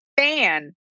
fan